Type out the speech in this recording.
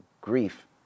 grief